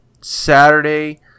Saturday